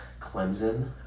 Clemson